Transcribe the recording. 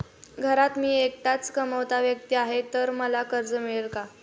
घरात मी एकटाच कमावता व्यक्ती आहे तर मला कर्ज मिळेल का?